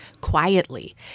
quietly